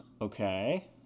Okay